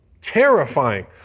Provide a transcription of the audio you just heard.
terrifying